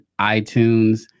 iTunes